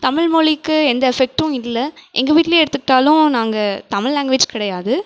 தமிழ் மொழிக்கு எந்த எஃபெக்டும் இல்லை எங்கள் வீட்டிலயே எடுத்துக்கிட்டாலும் நாங்கள் தமிழ் லேங்குவேஜ் கிடையாது